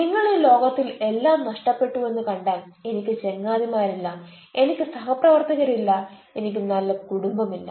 നിങ്ങൾ ഈ ലോകത്തിൽ എല്ലാം നഷ്ടപ്പെട്ടുവെന്ന് കണ്ടാൽ എനിക്ക് ചങ്ങാതിമാരില്ല എനിക്ക് സഹപ്രവർത്തകരില്ല എനിക്ക് നല്ല കുടുംബമില്ല